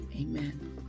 Amen